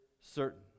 certain